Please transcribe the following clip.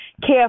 care